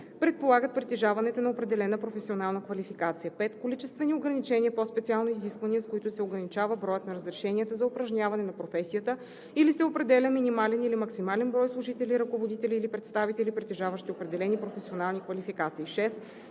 предполагат притежаването на определена професионална квалификация; 5. количествени ограничения, по-специално изисквания, с които се ограничава броят на разрешенията за упражняване на професията или се определя минимален или максимален брой служители, ръководители или представители, притежаващи определени професионални квалификации; 6.